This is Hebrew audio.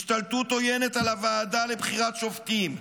השתלטות עוינת על הוועדה לבחירת שופטים,